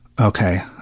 okay